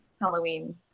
Halloween